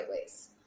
ways